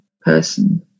person